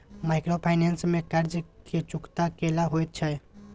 Microfinance में कर्ज के चुकता केना होयत छै?